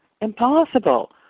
impossible